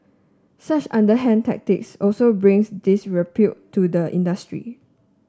such underhand tactics also brings this disrepute to the industry